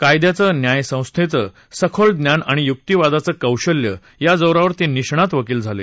कायद्याचं न्यायसंस्थेचं सखोल ज्ञान आणि युक्तीवादाचं कौशल्य या जोरावर ते निष्णात वकील झाले